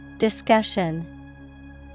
Discussion